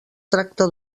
tracta